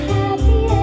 happy